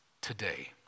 today